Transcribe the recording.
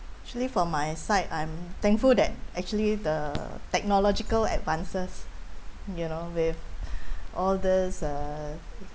actually for my side I'm thankful that actually the technological advances you know with all this uh